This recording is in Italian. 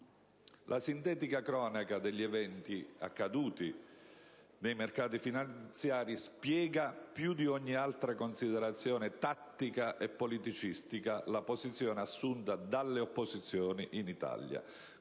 La sintetica cronaca degli eventi accaduti nei mercati finanziari spiega più di ogni altra considerazione tattica e politicistica la posizione assunta dalle opposizioni in Italia: